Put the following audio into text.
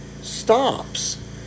stops